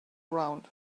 round